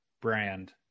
brand